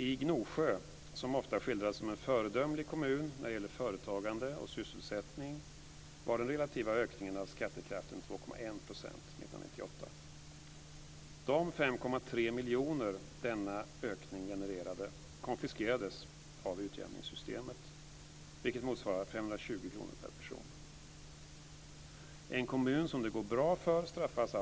I Gnosjö, som ofta skildras som en föredömlig kommun när det gäller företagande och sysselsättning, var den relativa ökningen av skattekraften 2,1 % år 1998. De 5,3 miljoner denna ökning genererade konfiskerades av utjämningssystemet, vilket motsvarade 520 kr per person. En kommun som det går bra för straffas